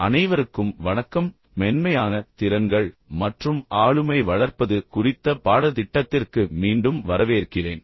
அனைவருக்கும் வணக்கம் மென்மையான திறன்கள் மற்றும் ஆளுமை வளர்ப்பது குறித்த பாடதிட்டத்திற்கு மீண்டும் வரவேற்கிறேன்